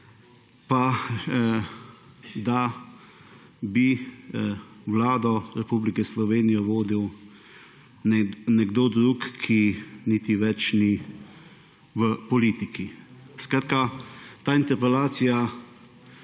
pa da bi Vlado Republike Slovenije vodil nekdo drug, ki niti več ni v politiki. Ta interpelacija